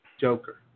Joker